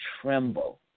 tremble